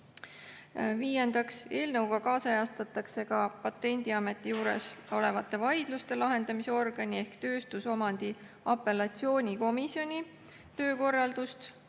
Viiendaks, eelnõuga kaasajastatakse Patendiameti juures olevate vaidluste lahendamise organi ehk tööstusomandi apellatsioonikomisjoni töökorraldust.